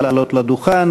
לעלות לדוכן